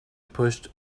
pushed